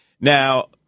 Now